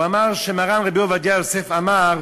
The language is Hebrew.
הוא אמר שמרן, רבי עובדיה יוסף, אמר: